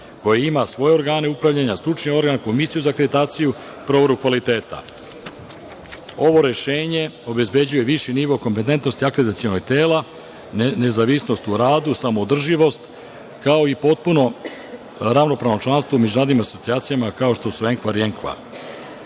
koji ima svoje organe upravljanja, stručni organ, komisiju za akreditaciju, proveru kvaliteta. Ovo rešenje obezbeđuje viši nivo kompetentnosti akreditacionog tela, nezavisnost u radu, samoodrživost, kao i potpuno ravnopravno članstvo u međunarodnim asocijacijama kao što su EKAR